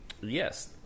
Yes